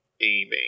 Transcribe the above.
aiming